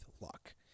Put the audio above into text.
luck